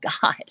God